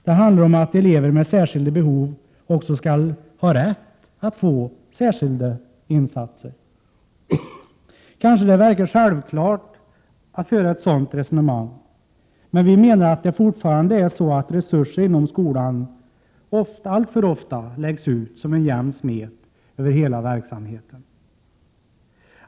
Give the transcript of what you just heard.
Det handlar om att elever med särskilda behov också skall ha rätt att få särskilda insatser. Kanske det verkar självklart att föra ett sådant resonemang, men vi menar att det fortfarande är så att resurser inom skolan alltför ofta läggs ut som en jämn smet över hela verksamheten.